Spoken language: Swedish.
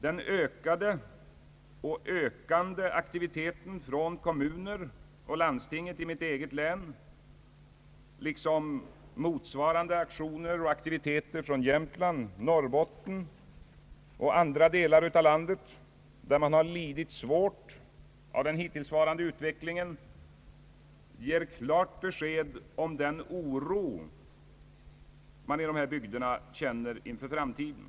Den ökade och ökande aktiviteten från kommunerna och landstinget i mitt eget län, liksom motsvarande aktioner från Jämtland, Norrbotten och andra delar av landet där man har lidit svårt av den hittillsvarande utvecklingen, ger klart besked om den oro man i de här bygderna känner inför framtiden.